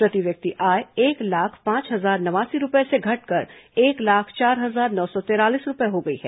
प्रति व्यक्ति आय एक लाख पांच हजार नवासी रूपये से घटकर एक लाख चार हजार नौ सौ तैंतालीस रूपये हो गई है